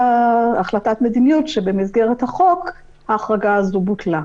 החלטת מדיניות שבמסגרת החוק ההחרגה הזאת בוטלה.